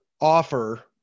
offer